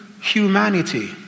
humanity